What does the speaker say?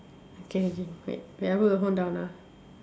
okay okay wait I put the phone down ah